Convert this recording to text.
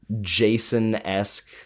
Jason-esque